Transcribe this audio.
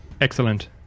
Excellent